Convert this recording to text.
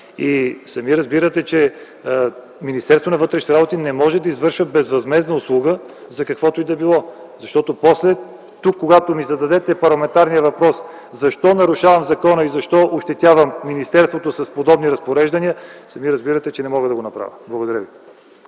Сами разбирате, че Министерството на вътрешните работи не може да извършва безвъзмездна услуга за каквото и да било, защото после, когато тук ми зададете парламентарния въпрос, защо нарушавам закона и защо ощетявам министерството с подобни разпореждания, сами разбирате, че не мога да го направя. Благодаря ви.